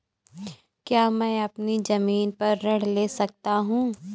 क्या मैं अपनी ज़मीन पर ऋण ले सकता हूँ?